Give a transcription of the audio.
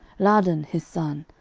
laadan his son,